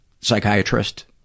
psychiatrist